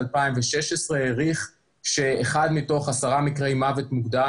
להמשיך ולקדם